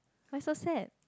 why so sad